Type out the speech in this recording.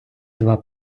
два